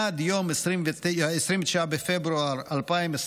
עד יום 29 בפברואר 2024,